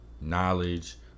knowledge